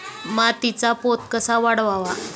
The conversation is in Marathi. मातीचा पोत कसा वाढवावा?